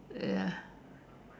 ya